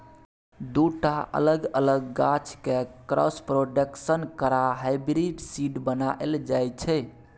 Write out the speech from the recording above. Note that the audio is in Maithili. दु टा अलग अलग गाछ केँ क्रॉस प्रोडक्शन करा हाइब्रिड सीड बनाएल जाइ छै